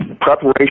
preparation